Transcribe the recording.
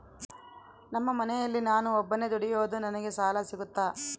ನಮ್ಮ ಮನೆಯಲ್ಲಿ ನಾನು ಒಬ್ಬನೇ ದುಡಿಯೋದು ನನಗೆ ಸಾಲ ಸಿಗುತ್ತಾ?